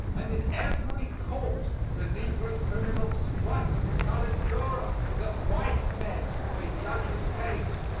and in every court the negro criminal strikes the colored juror, that white men may judge his case.